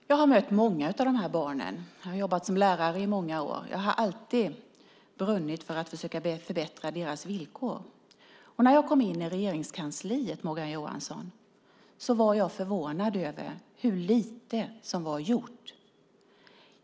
Fru talman! Jag har mött många av dessa barn. Jag har jobbat som lärare i många år. Jag har alltid brunnit för att försöka förbättra deras villkor. När jag kom in i Regeringskansliet, Morgan Johansson, var jag förvånad över hur lite som var gjort.